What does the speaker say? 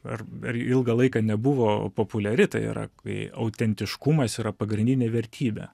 ar ar ilgą laiką nebuvo populiari tai yra kai autentiškumas yra pagrindinė vertybė